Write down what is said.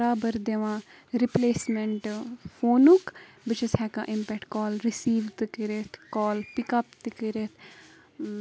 کُنہِ ساتہٕ اگر مےٚ مےٚ وَنۍ کانٛہہ پَنٕنۍ فرینٛڈ یُس ٹیٖن ایجَر آسہِ وَنۍ مےٚ أسۍ کَرو کانٛہہ کٲم یُس ایز اے پاٹ آف